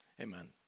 Amen